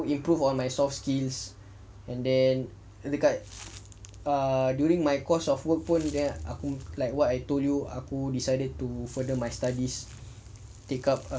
improve on my soft skills and then dekat err during my course of work pun there like what I told you ah who decided to further my studies take up